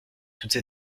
toutes